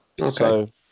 Okay